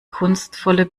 kunstvolle